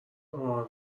آمار